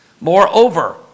Moreover